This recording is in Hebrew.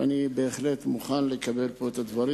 ואני בהחלט מוכן לקבל את הדברים.